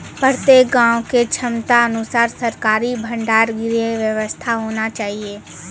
प्रत्येक गाँव के क्षमता अनुसार सरकारी भंडार गृह के व्यवस्था होना चाहिए?